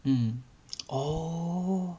mm oh